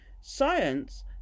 science